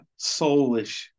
soulish